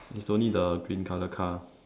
it's only the green colour car